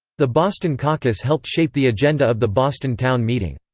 the boston caucus helped shape the agenda of the boston town meeting.